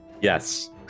Yes